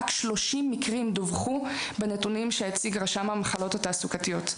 רק 30 מקרים דווחו בנתונים שהציג רשם המחלות התעסוקתיות,